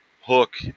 Hook